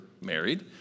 married